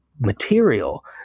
material